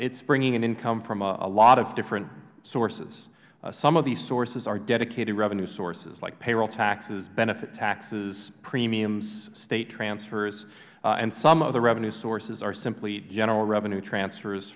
it's bringing in income from a lot of different sources some of these sources are dedicated revenue sources like payroll taxes benefit taxes premiums state transfers and some of the revenue sources are simply general revenue transfer